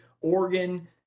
Oregon